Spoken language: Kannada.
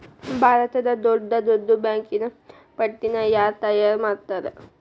ಭಾರತದ್ದ್ ದೊಡ್ಡ್ ದೊಡ್ಡ್ ಬ್ಯಾಂಕಿನ್ ಪಟ್ಟಿನ ಯಾರ್ ತಯಾರ್ಮಾಡ್ತಾರ?